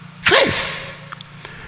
Faith